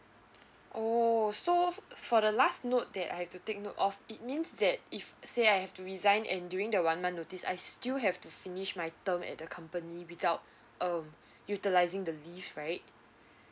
oh so for the last note that I have to take note of it means that if say I have to resign in during the one month notice I still have to finish my term at the company without um utilizing the leave right